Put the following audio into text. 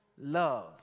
love